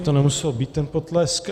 To nemuselo být, ten potlesk.